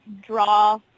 draw